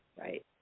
Right